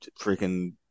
freaking